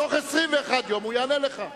בתוך 21 יום הוא יענה לך.